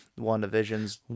WandaVision's